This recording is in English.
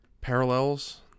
parallels